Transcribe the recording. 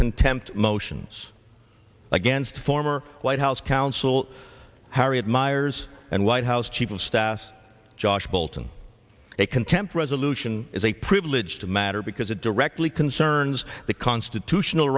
contempt motions against former white house counsel harriet miers and white house chief of staff josh bolten a contempt resolution is a the privilege to matter because it directly concerns the constitutional